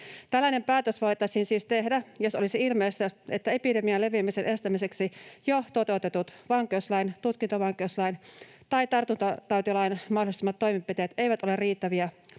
Tällainen päätös voitaisiin siis tehdä, jos olisi ilmeisestä, että epidemian leviämisen estämiseksi jo toteutetut vankeuslain, tutkintavankeuslain tai tartuntatautilain mahdollistamat toimenpiteet eivät ole riittäviä